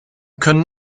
können